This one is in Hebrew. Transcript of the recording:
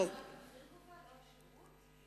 רק המחיר קובע, לא השירות?